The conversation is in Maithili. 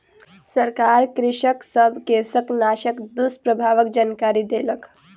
सरकार कृषक सब के शाकनाशक दुष्प्रभावक जानकरी देलक